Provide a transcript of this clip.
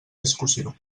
discussió